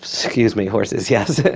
excuse me, horses, yes.